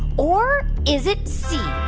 or is it c.